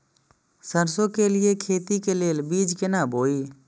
सरसों के लिए खेती के लेल बीज केना बोई?